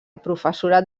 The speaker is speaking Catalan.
professorat